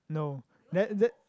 no that that